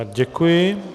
Děkuji.